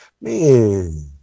Man